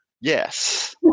yes